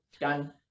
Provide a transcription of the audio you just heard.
done